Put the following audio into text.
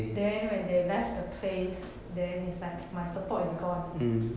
then when they left the place then it's like my support is gone